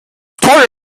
toll